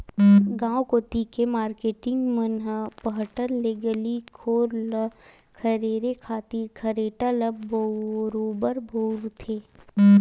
गांव कोती के मारकेटिंग मन ह पहट ले गली घोर ल खरेरे खातिर खरेटा ल बरोबर बउरथे